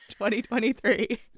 2023